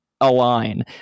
align